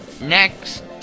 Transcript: Next